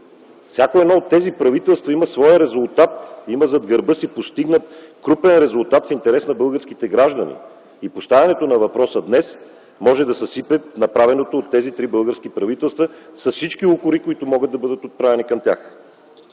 Всяко едно от тези правителства има своя резултат, има зад гърба си постигнат крупен резултат в интерес на българските граждани и поставянето на въпроса днес може да съсипе направеното от тези три български правителства с всички укори, които могат да бъдат отправени към тях.